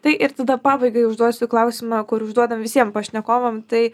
tai ir tada pabaigai užduosiu klausimą kur užduodama visiem pašnekovam tai